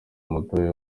umutobe